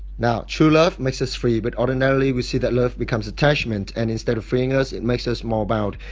now, true love makes us free. but ordinarily we see that love becomes attachment. and instead of freeing us it makes us more bound.